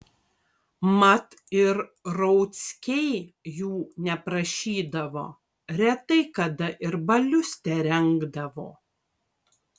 mat ir rauckiai jų neprašydavo retai kada ir balius terengdavo